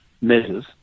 measures